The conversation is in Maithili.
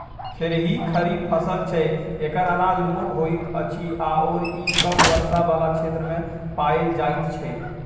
खेरही खरीफ फसल छै एकर अनाज मोट होइत अछि आओर ई कम वर्षा बला क्षेत्रमे पाएल जाइत छै